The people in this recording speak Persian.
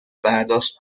برداشت